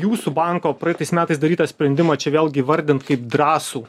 jūsų banko praeitais metais darytą sprendimą čia vėlgi įvardint kaip drąsų